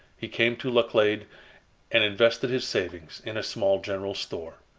he came to laclede and invested his savings in a small general store.